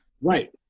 Right